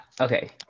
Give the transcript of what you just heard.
okay